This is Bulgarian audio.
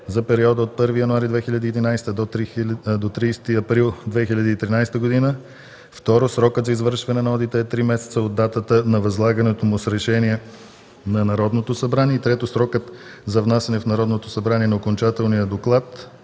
за периода от 1 януари 2011 г. до 30 април 2013 г. 2. Срокът за извършване на одита е три месеца от датата на възлагането му с решение на Народното събрание. 3. Срокът за внасяне в Народното събрание на окончателния доклад